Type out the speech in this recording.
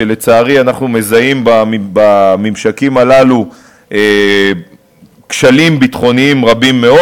ולצערי אנחנו מזהים בממשקים הללו כשלים ביטחוניים רבים מאוד.